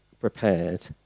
prepared